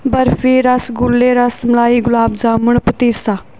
ਬਰਫੀ ਰਸਗੁੱਲੇ ਰਸਮਲਾਈ ਗੁਲਾਬ ਜਾਮਣ ਪਤੀਸਾ